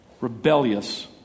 rebellious